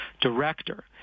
director